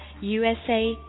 USA